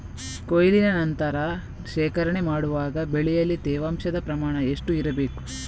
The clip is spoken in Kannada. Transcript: ಕೊಯ್ಲಿನ ನಂತರ ಶೇಖರಣೆ ಮಾಡುವಾಗ ಬೆಳೆಯಲ್ಲಿ ತೇವಾಂಶದ ಪ್ರಮಾಣ ಎಷ್ಟು ಇರಬೇಕು?